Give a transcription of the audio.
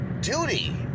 duty